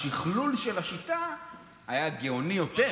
השכלול של השיטה היה גאוני יותר.